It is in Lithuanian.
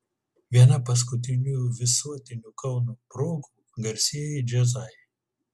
viena paskutinių visuotinių kauno progų garsieji džiazai